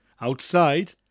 outside